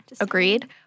Agreed